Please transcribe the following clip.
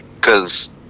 Cause